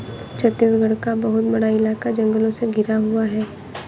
छत्तीसगढ़ का बहुत बड़ा इलाका जंगलों से घिरा हुआ है